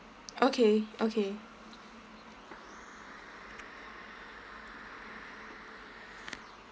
okay okay